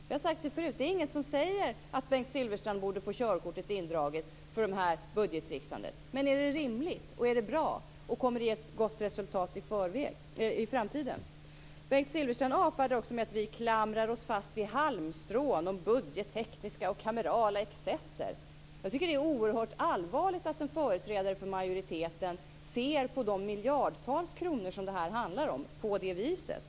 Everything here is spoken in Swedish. Jag har sagt det förut, att det är ingen som säger att Bengt Silfverstrand borde få körkortet indraget för det här budgettricksandet. Men är det rimligt och bra, och kommer det att ge ett gott resultat i framtiden? Bengt Silfverstrand avfärdar det också med att vi klamrar oss fast vid halmstrån, budgettekniska och kamerala excesser. Det är oerhört allvarligt att en företrädare för majoriteten ser på de miljardtals kronor som det här handlar om på det viset.